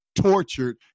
tortured